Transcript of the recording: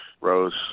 Rose